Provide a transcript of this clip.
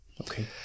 Okay